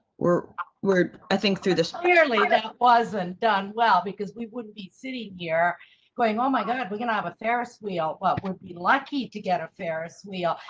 we're we're, i think, through this clearly, that wasn't done. well, because we wouldn't be sitting here going. oh, my god. we're going to have a ferris wheel. what would be lucky to get a ferris wheel.